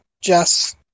Jess